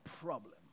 problem